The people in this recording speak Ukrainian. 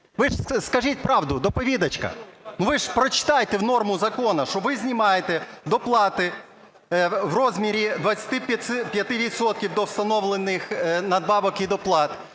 скажіть правду, доповідачко? Ви ж прочитайте норму закону, що ви знімаєте доплати в розмірі 25 відсотків до встановлених надбавок і доплат